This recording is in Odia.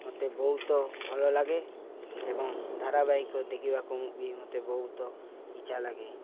ମୋତେ ବହୁତ ଭଲ ଲାଗେ ଏବଂ ଧାରାବାହିକ ଦେଖିବାକୁ ବି ମୋତେ ବହୁତ ଇଚ୍ଛା ଲାଗେ